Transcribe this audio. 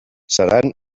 seran